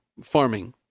farming